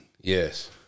Yes